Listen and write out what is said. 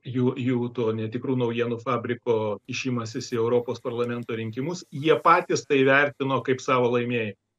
jų jų tų netikrų naujienų fabriko kišimasis į europos parlamento rinkimus jie patys tai įvertino kaip savo laimėjimą